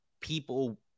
people